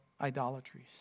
idolatries